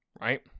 right